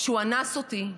כשהוא אנס אותי,